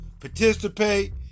participate